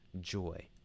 joy